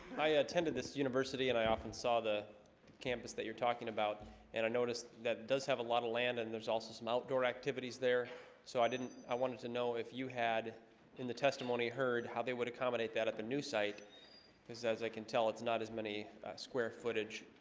i i attended this university, and i often saw the campus that you're talking about and i noticed that it does have a lot of land, and there's also some outdoor activities there so i didn't i wanted to know if you had in the testimony heard how they would accommodate that at the new site because as i can tell it's not as many square footage.